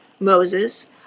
Moses